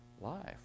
life